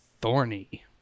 thorny